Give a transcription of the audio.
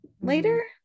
later